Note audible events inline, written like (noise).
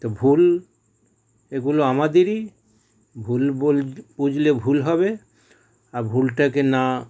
তো ভুল এগুলো আমাদেরই ভুল (unintelligible) বুঝলে ভুল হবে আর ভুলটাকে না